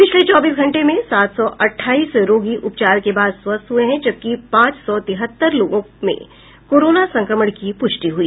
पिछले चौबीस घंटे में सात सौ अट्ठाईस रोगी उपचार के बाद स्वस्थ हुए जबकि पांच सौ तिहत्तर लोगों में कोरोना संक्रमण की पुष्टि हुई